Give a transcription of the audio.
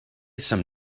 some